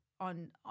on